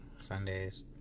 Sundays